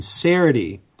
sincerity